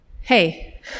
hey